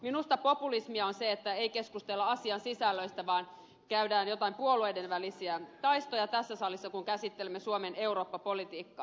minusta populismia on se että ei keskustella asian sisällöistä vaan käydään joitain puolueiden välisiä taistoja tässä salissa kun käsittelemme suomen eurooppa politiikkaa